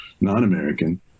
non-American